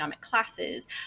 classes